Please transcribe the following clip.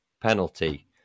penalty